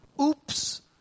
Oops